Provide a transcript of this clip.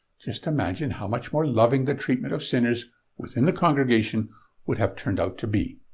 just imagine how much more loving the treatment of sinners within the congregation would have turned out to be.